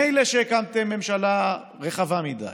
מילא שהקמתם ממשלה רחבה מדי,